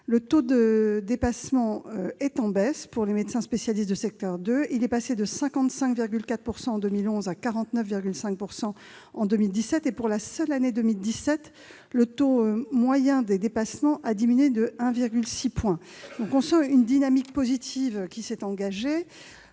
Le taux de dépassement est en baisse pour les médecins spécialistes de secteur 2 : 55,4 % en 2011, contre 49,5 % en 2017. Pour la seule année 2017, le taux moyen des dépassements a diminué de 1,6 point. Une dynamique positive s'est donc engagée.